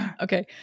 Okay